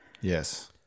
Yes